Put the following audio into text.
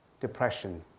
depression